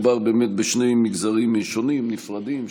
מדובר באמת בשני מגזרים שונים ונפרדים,